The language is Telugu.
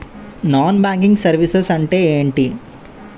నాన్ బ్యాంకింగ్ సర్వీసెస్ అంటే ఎంటి?